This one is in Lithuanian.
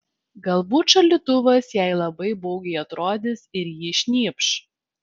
galbūt šaldytuvas jai labai baugiai atrodys ir ji šnypš